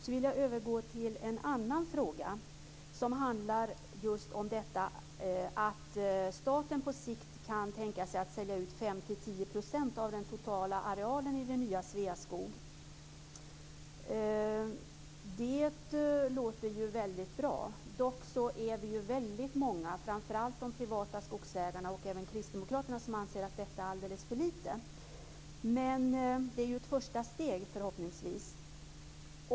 Så vill jag övergå till en annan fråga som handlar om detta att staten på sikt kan tänka sig att sälja ut 5 10 % av den totala arealen i det nya Sveaskog. Det låter väldigt bra. Dock är vi väldigt många, framför allt de privata skogsägarna och även Kristdemokraterna, som anser att detta är alldeles för lite. Men det är ett första steg, förhoppningsvis.